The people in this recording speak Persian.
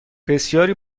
بسیاری